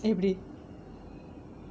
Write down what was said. எப்படி:eppadi